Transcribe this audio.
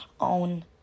own